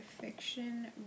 fiction